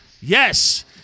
Yes